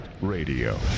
radio